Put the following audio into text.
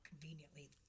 conveniently